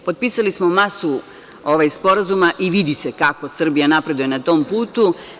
Potpisali samo masu sporazuma i vidi se kako Srbija napreduje na tom putu.